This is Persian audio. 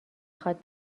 خواد